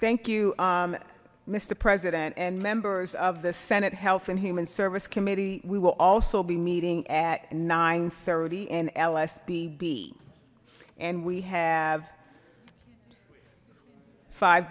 thank you mister president and members of the senate health and human service committee we will also be meeting at nine thirty and l sbb and we have five